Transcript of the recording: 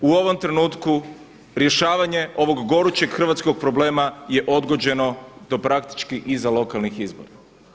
U ovom trenutku rješavanje ovog gorućeg hrvatskog problema je odgođeno do praktički iza lokalnih izbora.